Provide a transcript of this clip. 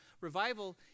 Revival